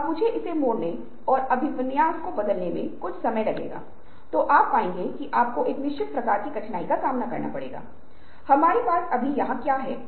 तो ये ईंट के कुछ असामान्य उपयोग हैं